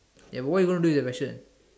they won't even read the question